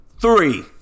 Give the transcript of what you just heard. three